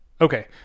okay